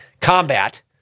combat